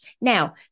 Now